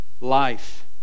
Life